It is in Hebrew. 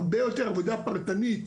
הרבה יותר עבודה פרטנית